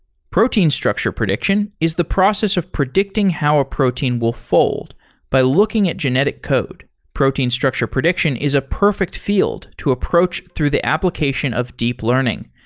protein structure prediction is the process of predicting how a protein will fold by looking at genetic code. protein structure prediction is a perfect field to approach through the application of deep learning,